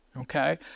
Okay